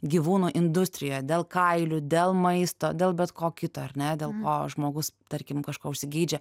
gyvūnų industrija dėl kailių dėl maisto dėl bet ko kito ar ne dėl ko žmogus tarkim kažko užsigeidžia